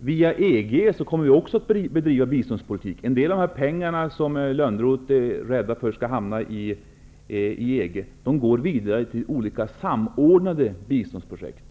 Via EG kommer vi också att bedriva biståndspolitik. En del av de pengar som Johan Lönnroth är rädd för skall hamna i EG går vidare till olika samordnade biståndsprojekt.